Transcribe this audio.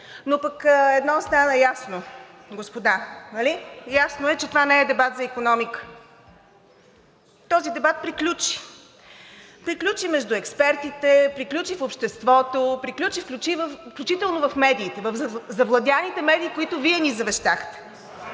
но пък едно стана ясно, господа, нали? Ясно е, че това не е дебат за икономика. Този дебат приключи. Приключи между експертите, приключи в обществото, приключи включително в медиите, в завладените медии, които Вие ни завещахте.